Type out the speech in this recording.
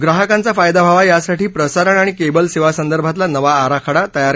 ग्राहकांचा फायदा व्हावा यासाठी प्रसारण आणि केबल सेवांसदर्भातला नवा आराखडा तयार करण्यात आला